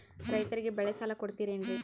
ರೈತರಿಗೆ ಬೆಳೆ ಸಾಲ ಕೊಡ್ತಿರೇನ್ರಿ?